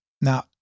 Now